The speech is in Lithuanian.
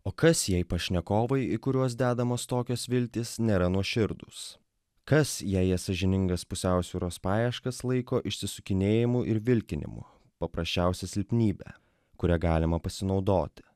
o kas jei pašnekovai į kuriuos dedamos tokios viltys nėra nuoširdūs kas jei jie sąžiningas pusiausvyros paieškas laiko išsisukinėjimu ir vilkinimu paprasčiausia silpnybe kuria galima pasinaudoti